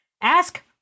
Ask